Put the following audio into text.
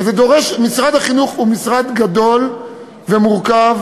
ומשרד החינוך הוא משרד גדול ומורכב,